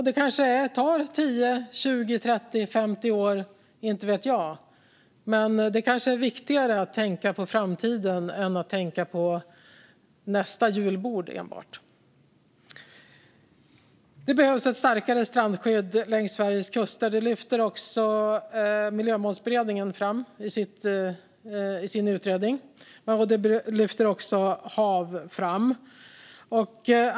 Det kanske tar 10, 20, 30 eller 50 år - inte vet jag. Men det är kanske viktigare att tänka på framtiden än att tänka på enbart nästa julbord. Det behövs ett starkare strandskydd längs Sveriges kuster. Det lyfter också Miljömålsberedningen fram i sin utredning, det lyfter HaV fram.